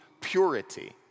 purity